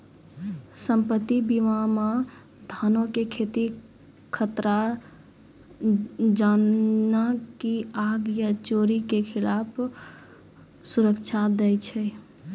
सम्पति बीमा मे धनो के खतरा जेना की आग या चोरी के खिलाफ सुरक्षा दै छै